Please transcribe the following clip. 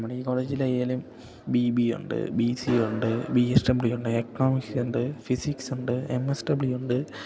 നമ്മുടെ ഈ കോളേജിലായാലും ബി ബി എയുണ്ട് ബി സി എയുണ്ട് ബി എസ് ഡബ്ലിയു ഉണ്ട് എക്കണോമിക്സുണ്ട് ഫിസിക്സുണ്ട് എം എസ് ഡബ്ള്യു ഉണ്ട്